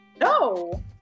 No